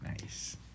nice